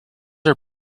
are